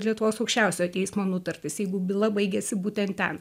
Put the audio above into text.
lietuvos aukščiausiojo teismo nutartis jeigu byla baigėsi būtent ten